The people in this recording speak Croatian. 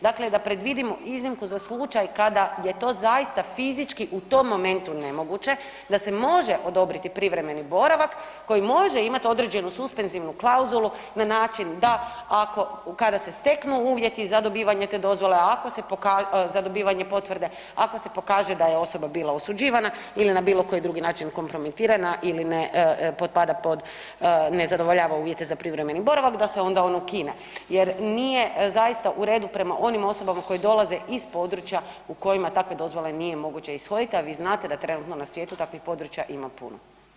Dakle, da predvidimo iznimku za kada je to zaista fizički u tom momentu nemoguće da se može odobriti privremeni boravak koji može imati određenu suspenzivnu klauzulu na način da ako kada se steknu uvjeti za dobivanje te dozvole, ako se, za dobivanje potvrde, ako se pokaže da je osoba bila osuđivana ili na bilo koji drugi način kompromitirana ili ne potpada pod, ne zadovoljava uvjete za privremeni boravak da se onda on ukine jer nije zaista u redu prema onim osobama koje dolaze iz područja u kojima takve dozvole nije moguće ishoditi, a vi znate da trenutno na svijetu takvih područja ima puno.